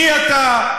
מי אתה,